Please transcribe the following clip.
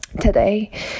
today